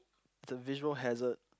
it's a visual hazard